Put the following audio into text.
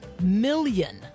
million